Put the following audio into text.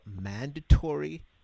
mandatory